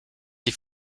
die